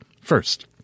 First